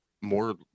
more